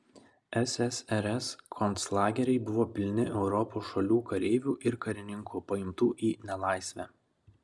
ssrs konclageriai buvo pilni europos šalių kareivių ir karininkų paimtų į nelaisvę